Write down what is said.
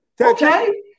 Okay